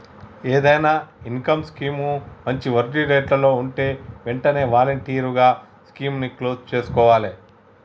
ఏదైనా income scheme మంచి వడ్డీరేట్లలో వుంటే వెంటనే వాలంటరీగా స్కీముని క్లోజ్ చేసుకోవాలే